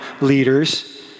leaders